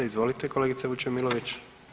Izvolite kolegice Vučemilović.